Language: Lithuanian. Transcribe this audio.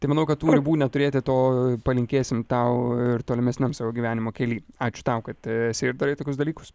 tai manau kad tų ribų neturėti to palinkėsim tau ir tolimesniam savo gyvenimo kely ačiū tau kad esi ir darai tokius dalykus